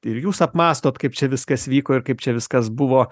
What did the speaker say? ir jūs apmąstot kaip čia viskas vyko ir kaip čia viskas buvo